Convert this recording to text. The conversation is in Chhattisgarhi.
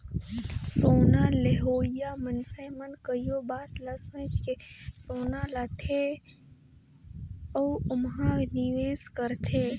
सोना लेहोइया मइनसे मन कइयो बात ल सोंएच के सोना ल लेथे अउ ओम्हां निवेस करथे